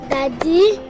Daddy